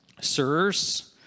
Sirs